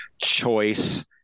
choice